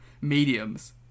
mediums